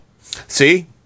See